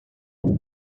was